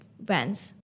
brands